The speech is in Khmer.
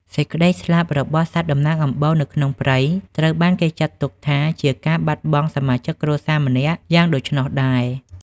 សេចក្តីស្លាប់របស់សត្វតំណាងអំបូរនៅក្នុងព្រៃ ត្រូវបានគេចាត់ទុកថាជាការបាត់បង់សមាជិកគ្រួសារម្នាក់យ៉ាងដូច្នោះដែរ។